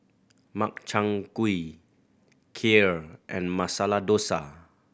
Makchang Gui Kheer and Masala Dosa